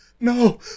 No